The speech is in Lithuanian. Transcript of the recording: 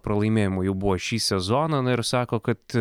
pralaimėjimų jau buvo šį sezoną na ir sako kad